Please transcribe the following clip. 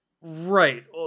Right